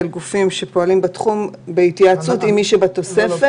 גופים שפועלים בתחום בהתייעצות עם מי שבתוספת.